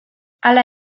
hala